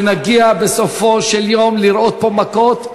שנגיע בסופו של יום לראות פה מכות.